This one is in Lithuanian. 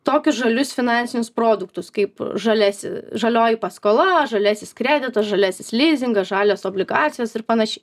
tokius žalius finansinius produktus kaip žaliasi žalioji paskola žaliasis kreditas žaliasis lizingas žalios obligacijos ir panašiai